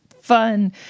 fun